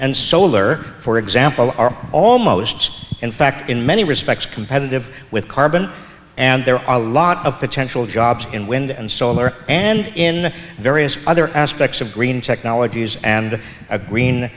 and solar for example are almost in fact in many respects competitive with carbon and there are a lot of potential jobs in wind and solar and in various other aspects of green technologies and a green